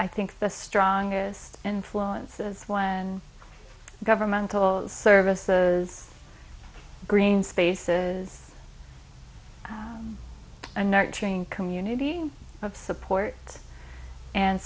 i think the strongest influences when governmental services green spaces and nurturing community of support and